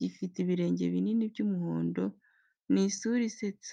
gifite ibirenge binini by’umuhondo n’isura isetsa.